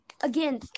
Again